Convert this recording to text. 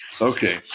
Okay